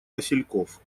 васильков